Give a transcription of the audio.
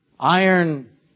Iron